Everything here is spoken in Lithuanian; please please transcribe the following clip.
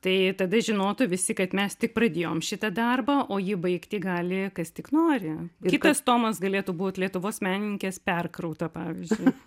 tai tada žinotų visi kad mes tik pradėjom šitą darbą o ji baigti gali kas tik nori kitas tomas galėtų būt lietuvos menininkės perkrauta pavyzdžiui